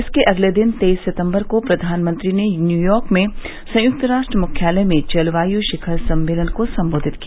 इसके अगले दिन तेईस सितम्बर को प्रधानमंत्री ने न्यूयार्क में संयुक्त राष्ट्र मुख्यालय में जलवायू शिखर सम्मेलन को संबोधित किया